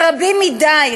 רבים מדי,